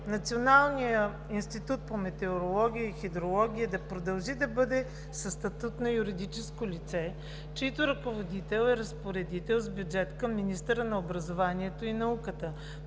Националният институт по метеорология и хидрология да продължи да бъде със статут на юридическо лице, чийто ръководител е разпоредител с бюджет към министъра на образованието и науката,